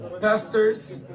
Pastors